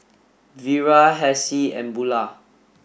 Vira Hassie and Bulah